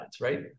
right